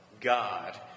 God